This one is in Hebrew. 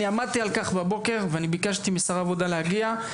אני עמדתי על כך בבוקר ואני ביקשתי משר העבודה להגיע,